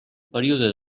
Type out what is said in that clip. període